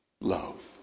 love